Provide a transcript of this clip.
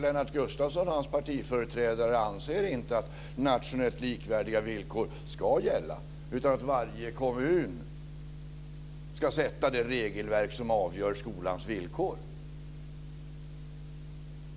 Lennart Gustavsson och hans partiföreträdare anser inte att nationellt likvärdiga villkor ska gälla, utan varje kommun ska sätta det regelverk som avgör skolans villkor.